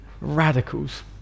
radicals